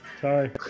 Sorry